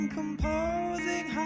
composing